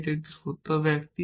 এটি একটি সত্য বাক্য